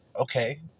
Okay